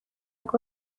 سگا